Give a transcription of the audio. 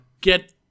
get